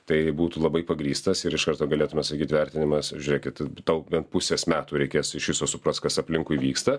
tai būtų labai pagrįstas ir iš karto galėtume sakyti vertinimas žiūrėkit tau bent pusės metų reikės iš viso suprast kas aplinkui vyksta